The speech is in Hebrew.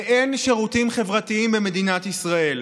ואין שירותים חברתיים במדינת ישראל.